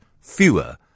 fewer